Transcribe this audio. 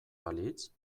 balitz